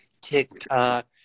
TikTok